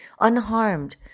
unharmed